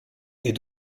est